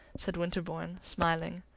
said winterbourne, smiling.